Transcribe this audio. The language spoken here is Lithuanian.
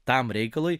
tam reikalui